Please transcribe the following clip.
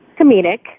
comedic